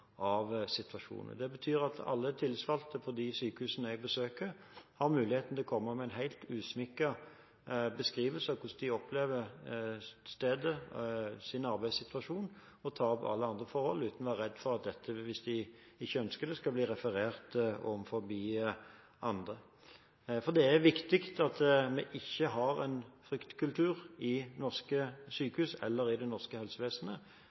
av situasjonen. Det betyr at alle tillitsvalgte på de sykehusene jeg besøker, har muligheten til å komme med en helt usminket beskrivelse av hvordan de opplever stedet og sin arbeidssituasjon, og til å ta opp alle andre forhold uten å være redd for at dette – hvis de ikke ønsker det – skal bli referert overfor andre. For det er viktig at vi ikke har en fryktkultur i norske sykehus eller i det norske helsevesenet,